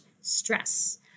stress